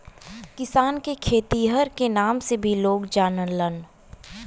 किसान के खेतिहर के नाम से भी लोग जानलन